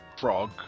Frog